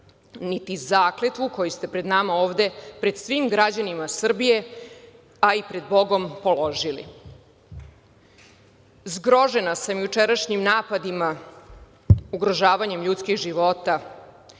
niti zakletvu koju ste pred nama ovde, pred svim građanima Srbije, a i pred Bogom položili.20/1 GD/MJ 13.15 – 13.25Zgrožena sam jučerašnjim napadima, ugrožavanjem ljudskih života